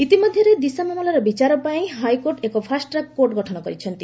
ଇତିମଧ୍ୟରେ ଦିଶା ମାମଲାର ବିଚାର ପାଇଁ ହାଇକୋର୍ଟ ଏକ ଫାଷ୍ଟ୍ରାକ୍ କୋର୍ଟ ଗଠନ କରିଛନ୍ତି